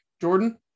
Jordan